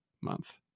month